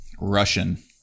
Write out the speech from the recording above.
Russian